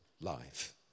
life